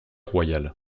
royal